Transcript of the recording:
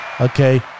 okay